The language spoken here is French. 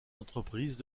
entreprises